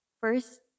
First